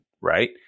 right